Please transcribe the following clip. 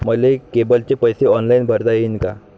मले केबलचे पैसे ऑनलाईन भरता येईन का?